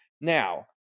Now